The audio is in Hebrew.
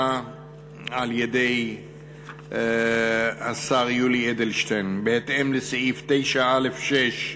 על-ידי השר יולי אדלשטיין: בהתאם לסעיף 9(א)(6)